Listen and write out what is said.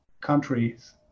countries